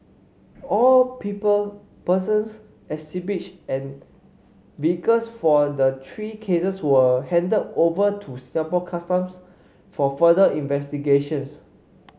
all people persons exhibits and vehicles for the three cases were handed over to Singapore Customs for further investigations